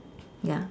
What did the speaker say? ya